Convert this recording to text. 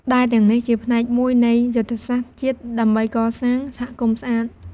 ដែលទាំងនេះជាផ្នែកមួយនៃយុទ្ធសាស្ត្រជាតិដើម្បីកសាងសហគមន៍ស្អាត។